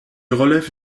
relève